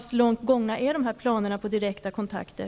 Hur långt gångna är planerna på direkta kontakter?